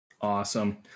Awesome